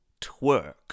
twerk